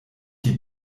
die